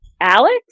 Alex